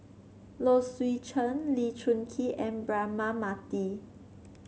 Low Swee Chen Lee Choon Kee and Braema Mathi